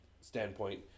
standpoint